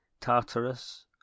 Tartarus